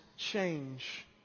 change